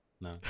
no